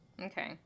Okay